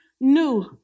new